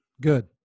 Good